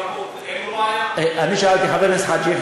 אין ספק שנעשים הרבה מאוד מאמצים,